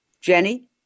Jenny